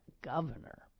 governor